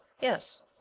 Yes